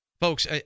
Folks